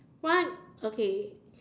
what okay